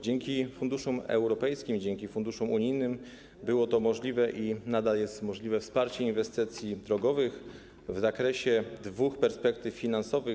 Dzięki funduszom europejskim, dzięki funduszom unijnym było to możliwe i nadal jest możliwe wsparcie inwestycji drogowych w zakresie dwóch perspektyw finansowych.